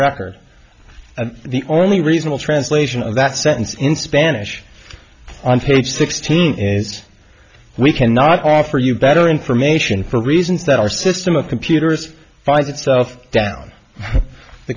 record and the only reasonable translation of that sentence in spanish on page sixteen is we cannot offer you better information for reasons that our system of computers finds itself down the